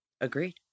Agreed